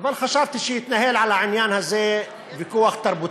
אבל חשבתי שיתנהל על העניין הזה ויכוח תרבותי,